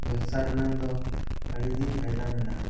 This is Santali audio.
ᱵᱮᱵᱽᱥᱟ ᱨᱮᱱᱟᱜ ᱫᱚ ᱟᱹᱰᱤᱜᱮ ᱯᱷᱟᱭᱫᱟ ᱢᱮᱱᱟᱜᱼᱟ